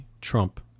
Trump